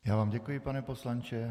Já vám děkuji, pane poslanče.